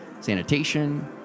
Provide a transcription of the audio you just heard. sanitation